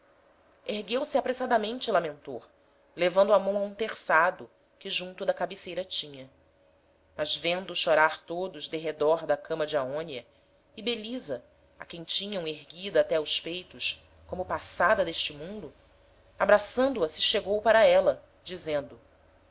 ergueu-se apressadamente lamentor levando a mão a um terçado que junto da cabeceira tinha mas vendo chorar todos derredor da cama de aonia e belisa a quem tinham erguida até aos peitos como passada d'este mundo abraçando a se chegou para éla dizendo